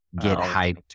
get-hyped